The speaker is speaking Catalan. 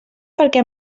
perquè